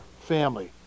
family